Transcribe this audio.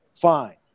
fine